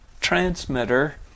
transmitter